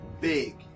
big